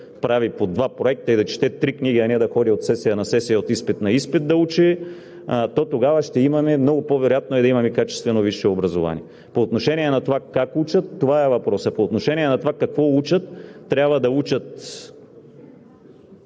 прави по два проекта и да чете три книги, а не да ходи от сесия на сесия, от изпит на изпит да учи, то тогава много по-вероятно е да имаме качествено висше образование. По отношение на това как учат, това е въпросът. По отношение на това какво учат, трябва да учат